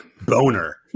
boner